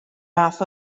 fath